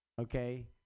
Okay